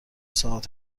ساعت